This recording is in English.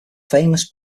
famous